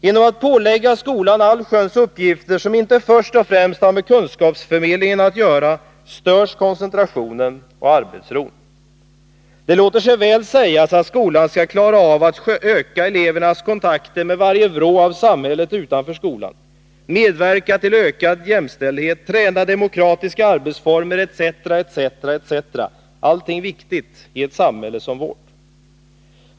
Genom att man pålägger skolan allsköns uppgifter som inte först och främst har med kunskapsförmedlingen att göra störs koncentrationen och arbetsron. Det låter sig väl sägas att skolan skall klara av att öka elevernas kontakter med varje vrå av samhället utanför skolan, medverka till ökad jämställdhet, träna demokratiska arbetsformer etc. — allting viktigt i ett samhälle som vårt.